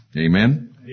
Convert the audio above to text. Amen